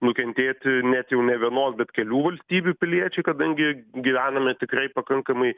nukentėti net jau ne vienos bet kelių valstybių piliečiai kadangi gyvename tikrai pakankamai